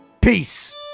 Peace